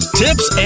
tips